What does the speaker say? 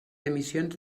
emissions